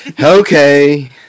Okay